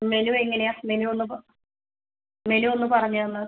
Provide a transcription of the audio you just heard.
menu എങ്ങനെയാണ് menu ഒന്ന് menu ഒന്ന് പറഞ്ഞ് തന്നാൽ